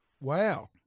Wow